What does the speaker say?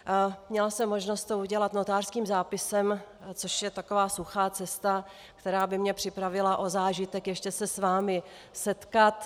Měla jsem možnost to udělat notářským zápisem, což je taková suchá cesta, která by mě připravila o zážitek ještě se s vámi setkat.